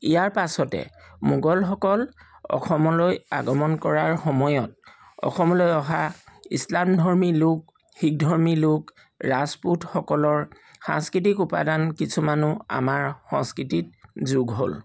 ইয়াৰ পাছতে মোগলসকল অসমলৈ আগমন কৰাৰ সময়ত অসমলৈ অহা ইছলামধৰ্মী লোক শিখধৰ্মী লোক ৰাজপুতসকলৰ সাংস্কৃতিক উপাদান কিছুমানো আমাৰ সংস্কৃতিত যোগ হ'ল